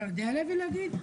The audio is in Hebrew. אתה יודע, לוי, להגיד?